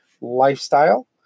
lifestyle